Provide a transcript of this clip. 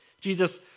Jesus